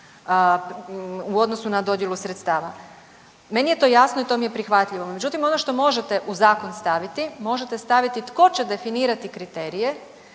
u odnosu na dodjelu sredstava. Meni je to jasno i to mi je prihvatljivo. Međutim, ono što možete u zakon staviti, možete staviti tko će definirati kriterije,